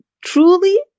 truly